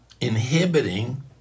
inhibiting